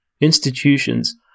Institutions